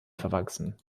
verwachsen